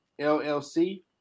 LLC